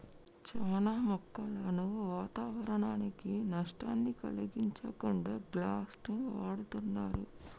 చానా మొక్కలను వాతావరనానికి నష్టాన్ని కలిగించకుండా గ్లాస్ను వాడుతున్నరు